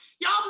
Y'all